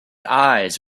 eyes